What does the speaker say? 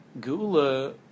Gula